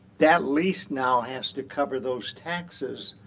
that lease now has to cover those taxes.